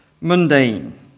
mundane